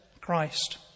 Christ